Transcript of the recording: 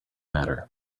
matter